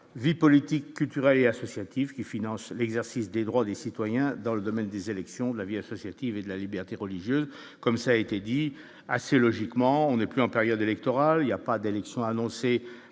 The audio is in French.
vie politique culturelle et associative qui finance l'exercice des droits des citoyens dans le domaine des élections de la vie associative et de la liberté religieuse, comme ça a été dit, assez logiquement, on est plus en période électorale, il y a pas d'élections annoncées